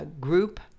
group